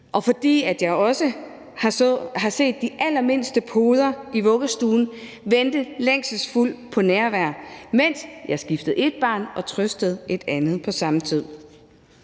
og fordi jeg også har set de allermindste poder i vuggestuen vente længselsfuldt på nærvær, mens jeg skiftede et barn og trøstede et andet på samme tid.